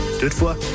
Toutefois